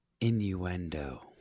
innuendo